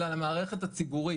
אלא למערכת הציבורית,